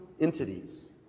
entities